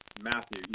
Matthew